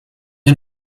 den